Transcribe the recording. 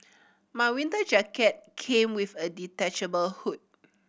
my winter jacket came with a detachable hood